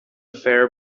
fair